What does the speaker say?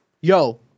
Yo